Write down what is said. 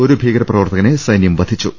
ഒരു ഭീകരപ്രവർത്തകനെ സൈന്യം വധിച്ചു